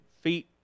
feet